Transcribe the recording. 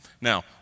Now